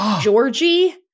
Georgie